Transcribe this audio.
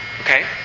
okay